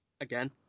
again